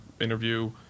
interview